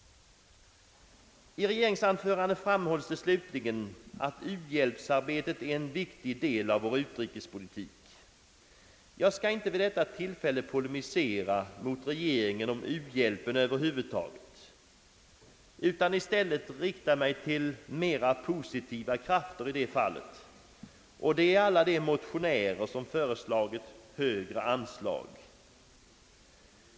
I regeringsanförandet framhålles det slutligen att u-hjälpsarbetet är en viktig del av vår utrikespolitik. Jag skall inte vid detta tillfälle polemisera mot regeringen om u-hjälp över huvud taget utan i stället rikta mig till mera positiva krafter i det fallet, och det är alla de motionärer som föreslagit högre anslag.